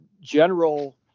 general